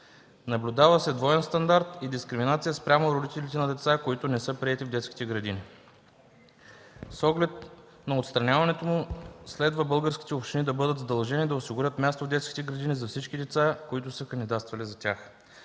Наблюдава се двоен стандарт и дискриминация спрямо родителите на деца, които не са приети в детски градини. С оглед на отстраняването му следва българските общини да бъдат задължени да осигурят място в детските градини за всички деца, които са кандидатствали за тях.